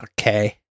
Okay